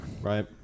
Right